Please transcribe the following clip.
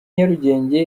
nyarugenge